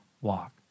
walk